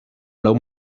lau